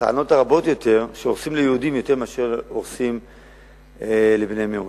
הטענות הרבות יותר הן שהורסים ליהודים יותר מאשר הורסים לבני מיעוטים.